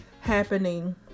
happening